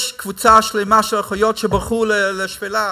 יש קבוצה שלמה של אחיות שברחו לשפלה,